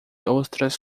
ostras